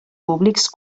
públics